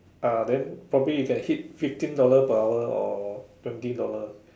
ah then probably you can hit fifteen dollar per hour or twenty dollar